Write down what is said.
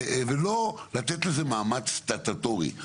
ולא לתת לזה מעמד סטטוטורי.